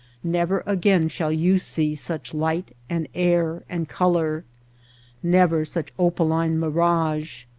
never again shall you see such light and air and color never such opaline mirage,